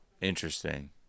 Interesting